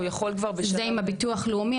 הוא יכול כבר --- זה עם הביטוח לאומי?